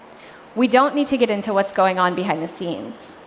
we don't need to get into what's going on behind the scenes.